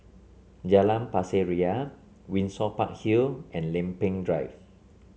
Jalan Pasir Ria Windsor Park Hill and Lempeng Drive